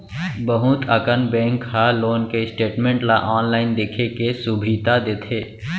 बहुत अकन बेंक ह लोन के स्टेटमेंट ल आनलाइन देखे के सुभीता देथे